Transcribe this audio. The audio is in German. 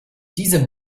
diese